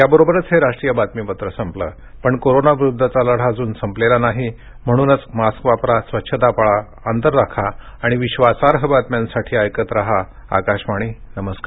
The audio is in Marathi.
याबरोबरच हे राष्ट्रीय बातमीपत्र संपलं पण कोरोना विरुद्धचा लढा अजून संपलेला नाही म्हणूनच मास्क वापरा स्वच्छता पाळा अंतर राखा आणि विश्वासार्ह बातम्यांसाठी ऐकत रहा आकाशवाणी नमस्कार